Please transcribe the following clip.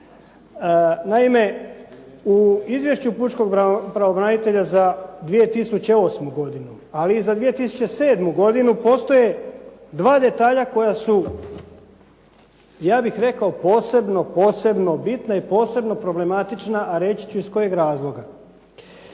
Naime, u izvješću pučkog pravobranitelja za 2008. godinu, ali i za 2007. godinu postoje dva detalja koja su ja bih rekao posebno, posebno bitna i posebno problematična, a reći ću iz kojeg razloga.